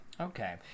Okay